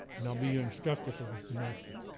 and i'll be your instructor for the semester.